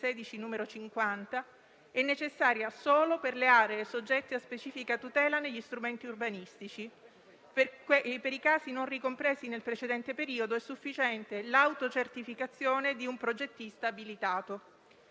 18 aprile 2016, n. 50, è necessaria solo per le aree soggette a specifica tutela negli interventi urbanistici. Per i casi non ricompresi nel precedente periodo è sufficiente l’autocertificazione di un progettista abilitato».